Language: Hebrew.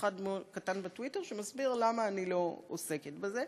אחד קטן בטוויטר שמסביר למה אני לא עוסקת בזה.